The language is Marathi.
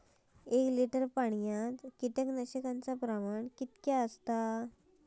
एक लिटर पाणयात कीटकनाशकाचो प्रमाण किती?